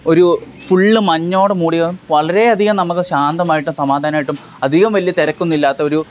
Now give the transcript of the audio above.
ഒരു ഫുൾ മഞ്ഞോട് മൂടിയ വളരെയധികം നമുക്ക് ശാന്തമായിട്ട് സമാധാനമായിട്ടും അധികം വലിയ തിരക്കൊന്നുമില്ലാത്ത ഒരു